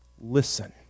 listen